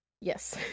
yes